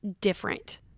different